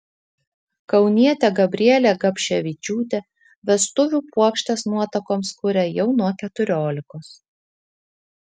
kaunietė gabrielė gabševičiūtė vestuvių puokštes nuotakoms kuria jau nuo keturiolikos